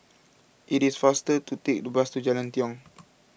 it is faster to take the bus to Jalan Tiong